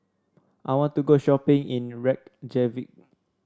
I want to go shopping in Reykjavik